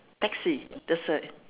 taxi that side